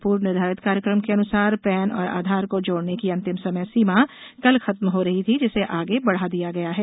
पूर्व निर्धारित कार्यक्रम के अनुसार पैन और आधार को जोड़ने की अंतिम समय सीमा कल खत्म हो रही थी जिसे आगे बढ़ा दिया गया है